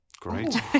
Great